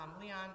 Leon